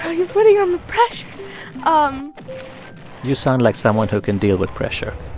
you're putting on the pressure um you sound like someone who can deal with pressure